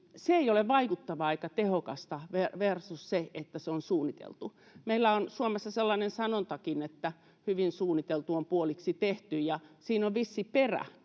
ei ole vaikuttavaa eikä tehokasta, versus se, että se on suunniteltua. Meillä on Suomessa sellainen sanontakin, että hyvin suunniteltu on puoliksi tehty, ja siinä on vissi perä: